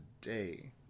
today